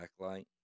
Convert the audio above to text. backlight